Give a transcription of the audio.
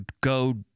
go